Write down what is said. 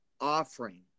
offering